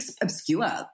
obscure